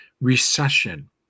Recession